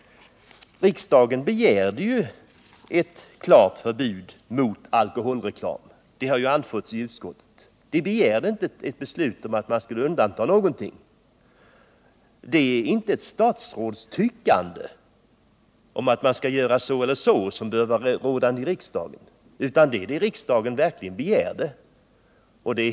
Riksdagen begärde ett klart förbud mot alkoholreklam, det har anförts i utskottet. Riksdagen begärde inte ett beslut om att man skulle undanta något från förbudet mot reklam. Det är inte ett statsrådstyckande om att man skall göra si eller så som bör vara rådande utan det är vad riksdagen verkligen begär.